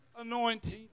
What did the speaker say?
anointing